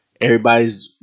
Everybody's